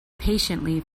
patiently